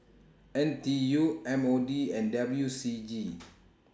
N T U M O D and W C G